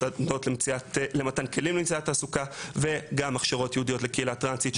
סדנאות למתן כלים למציאת תעסוקה וגם הכשרות ייעודיות לקהילה טרנסית,